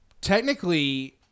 technically